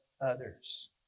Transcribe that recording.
others